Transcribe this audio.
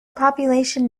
population